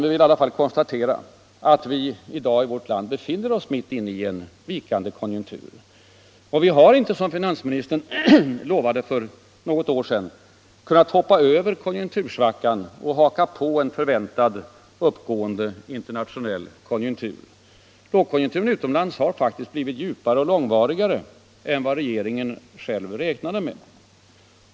Vi kan konstatera att vårt land i dag befinner sig mitt i en vikande konjunktur. Vi har inte, som finansministern lovade för något år sedan, kunnat hoppa över konjunktursvackan och haka på en uppgående internationell konjunktur. Lågkonjunkturen utomlands har faktiskt blivit djupare och långvarigare än vad regeringen själv räknade med.